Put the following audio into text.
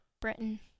Britain